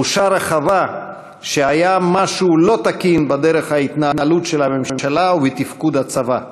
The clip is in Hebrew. "תחושה רחבה שהיה משהו לא תקין בדרך ההתנהלות של הממשלה ובתפקוד הצבא,